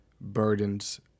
burdens